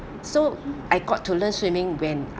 so I got to learn swimming when